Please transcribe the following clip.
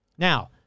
Now